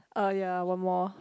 uh ya one more